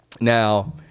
Now